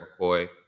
McCoy